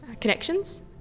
connections